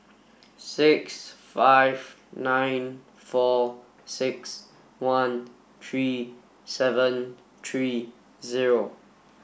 six five nine four six one three seven three zero